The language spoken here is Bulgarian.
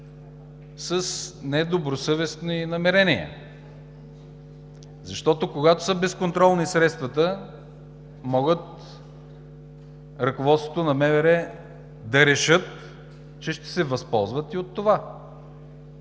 с недобросъвестни намерения, защото, когато са безконтролни средствата, може ръководството на МВР да реши, че ще се възползва и от това?